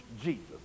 Jesus